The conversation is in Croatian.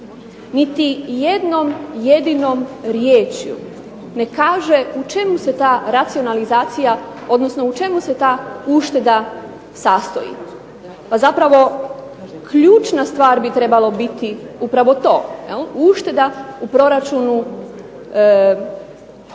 niti jednom jedinom riječju ne kaže u čemu se ta racionalizacija, odnosno u čemu se ta ušteda sastoji. Zapravo, ključna stvar bi trebalo biti to, ušteda u proračunu u